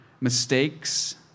mistakes